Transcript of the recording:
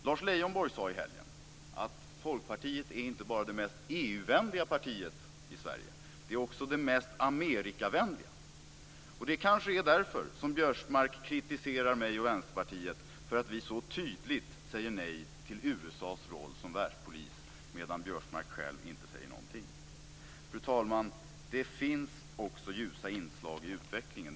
Lars Leijonborg sade i helgen att Folkpartiet inte bara är det mest EU-vänliga partiet i Sverige utan också det mest Amerikavänliga. Det kanske är därför Biörsmark kritiserar mig och Vänsterpartiet för att vi så tydligt säger nej till USA:s roll som världspolis, medan Biörsmark själv inte säger någonting. Fru talman! Det finns också ljusa inslag i utvecklingen.